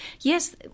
Yes